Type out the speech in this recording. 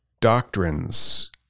doctrines